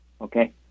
okay